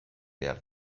behar